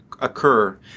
occur